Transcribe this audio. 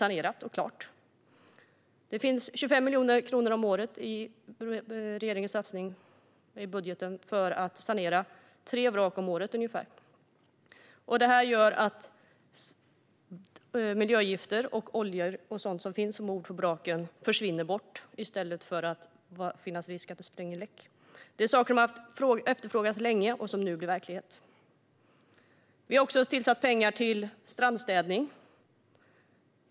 Regeringen satsar 25 miljoner kronor i budgeten till sanering av cirka tre vrak om året. Detta gör att miljögifter, oljor och annat i vraken tas bort i stället för att riskera läcka ut. Detta har efterfrågats länge, och nu blir det verklighet. Vi tillför också pengar för strandstädning.